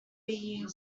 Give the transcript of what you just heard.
year